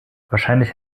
wahrscheinlich